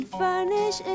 furnish